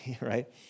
Right